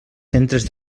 centres